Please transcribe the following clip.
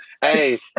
hey